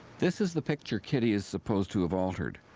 this is the picture kitty is supposed to have altered.